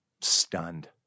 Stunned